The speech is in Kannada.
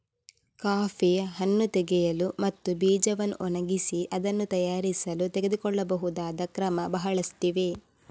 ಕಾಫಿ ಹಣ್ಣು ತೆಗೆಯಲು ಮತ್ತು ಬೀಜವನ್ನು ಒಣಗಿಸಿ ಅದನ್ನು ತಯಾರಿಸಲು ತೆಗೆದುಕೊಳ್ಳಬಹುದಾದ ಕ್ರಮ ಬಹಳಷ್ಟಿವೆ